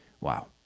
Wow